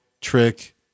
trick